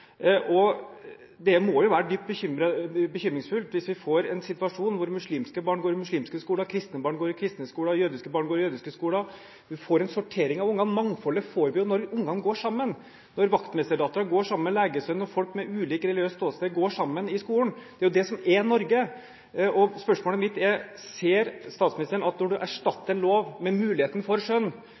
Det må være dypt bekymringsfullt hvis vi får en situasjon der muslimske barn går i muslimske skoler, kristne barn går i kristne skoler, og jødiske barn går i jødiske skoler. Vi får en sortering av ungene. Mangfoldet får vi jo når ungene går sammen, når vaktmesterdatteren går sammen med legesønnen, og folk med ulikt religiøst ståsted går sammen i skolen. Det er jo det som er Norge! Spørsmålet mitt er: Ser statsministeren at når en erstatter en lov som har mulighet for skjønn